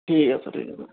ঠিক আছে ঠিক আছে